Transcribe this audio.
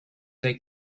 they